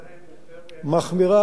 מחמירה עוד יותר את הבעיה.